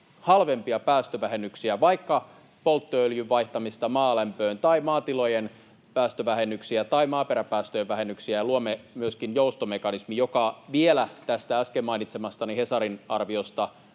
halvempia päästövähennyksiä, vaikkapa polttoöljyn vaihtamista maalämpöön tai maatilojen päästövähennyksiä tai maaperäpäästöjen vähennyksiä, ja luomme myöskin joustomekanismin, joka vielä tästä äsken mainitsemastani Hesarin arviosta